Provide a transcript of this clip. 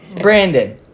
Brandon